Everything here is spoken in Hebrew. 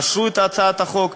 אשרו את הצעת החוק,